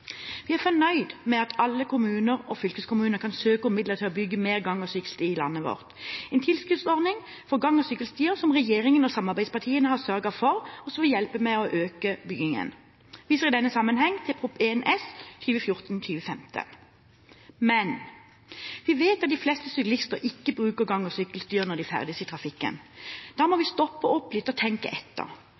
Vi er fornøyd med at alle kommuner og fylkeskommuner kan søke om midler til å bygge mer gang- og sykkelstier i landet vårt, en tilskuddsordning for gang- og sykkelstier som regjeringen og samarbeidspartiene har sørget for, og som vil hjelpe med å øke byggingen. Jeg viser i denne sammenheng til Prop. 1 S for 2014–2015. Men vi vet at de fleste syklister ikke bruker gang- og sykkelstier når de ferdes i trafikken. Da må vi stoppe opp litt og tenke etter